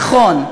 נכון,